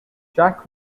jack